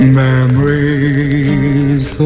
memories